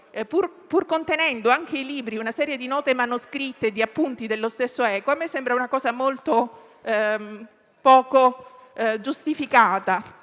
pur contenendo anche i libri una serie di note manoscritte e di appunti dello stesso Eco: a me sembra una cosa molto poco giustificata,